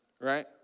right